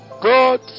God